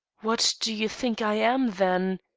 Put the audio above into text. what do you think i am, then?